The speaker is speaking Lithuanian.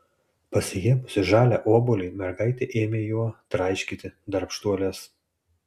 pasiėmusi žalią obuolį mergaitė ėmė juo traiškyti darbštuoles